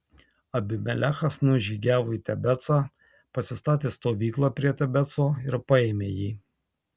abimelechas nužygiavo į tebecą pasistatė stovyklą prie tebeco ir paėmė jį